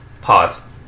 pause